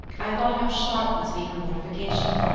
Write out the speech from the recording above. i thought how sharp must be her mortification,